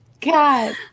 God